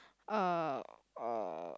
uh uh